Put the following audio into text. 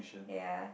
ya